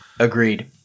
Agreed